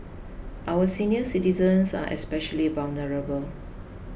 our senior citizens are especially vulnerable